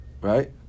Right